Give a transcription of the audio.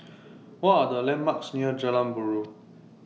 What Are The landmarks near Jalan Buroh